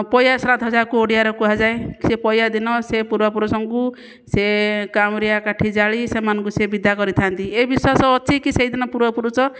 ପୟା ଶ୍ରାଦ୍ଧ ଯାହାକୁ ଓଡ଼ିଆରେ କୁହାଯାଏ ସେ ପୟା ଦିନ ସେ ପୂର୍ବ ପୁରୁଷଙ୍କୁ ସେ କାଉଁରିଆ କାଠି ଜାଳି ସେମାନଙ୍କୁ ସେ ବିଦା କରିଥାନ୍ତି ଏ ବିଶ୍ଵାସ ଅଛି କି ସେହିଦିନ ପୂର୍ବପୁରୁଷ